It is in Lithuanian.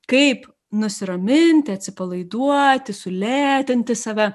kaip nusiraminti atsipalaiduoti sulėtinti save